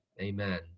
Amen